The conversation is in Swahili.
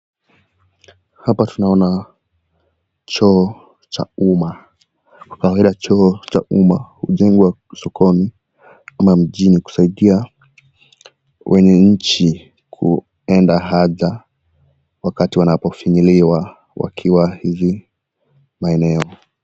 Hapa tunaona choo cha umma, ukiangalia choo cha umma hujengwa sokoni na mjini kusaidia wenye nchi kuenda haja wakati wanapofinyiliwa wakiwa hizi maeneo.